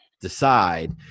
decide